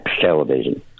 television